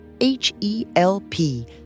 H-E-L-P